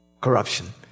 Corruption